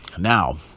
Now